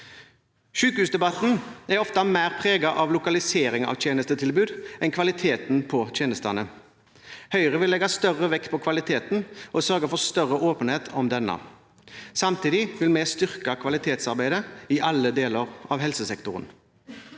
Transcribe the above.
Sykehusdebatten er ofte mer preget av lokaliseringen av tjenestetilbud enn av kvaliteten på tjenestene. Høyre vil legge større vekt på kvaliteten og sørge for større åpenhet om denne, samtidig vil vi styrke kvalitetsarbeidet i alle deler av helsesektoren.